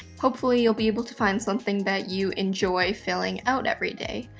hopefully you'll be able to find something that you enjoy filling out every day.